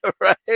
Right